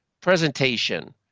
presentation